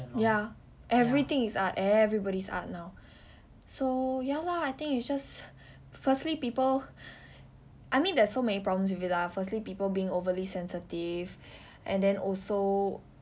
ya everything is art everybody's art now so ya lah I think it's just firstly people I mean there's so many problems with it lah firstly people being overly sensitive and then also